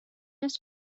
des